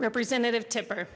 representative tipper